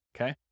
okay